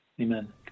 amen